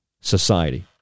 society